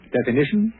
Definition